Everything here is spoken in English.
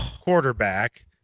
quarterback